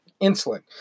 insulin